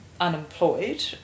unemployed